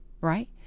right